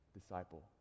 disciple